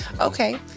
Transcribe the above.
Okay